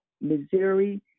Missouri